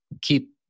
keep